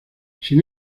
sin